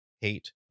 hate